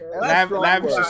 Lavish